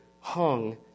hung